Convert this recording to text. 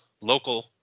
local